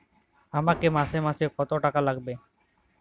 আমাকে মাসে মাসে কত টাকা লাগবে?